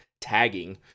tagging